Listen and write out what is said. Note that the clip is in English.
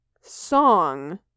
song